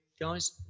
guys